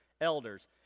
elders